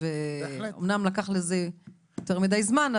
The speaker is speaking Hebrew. ואמנם לקח לזה יותר מידי זמן,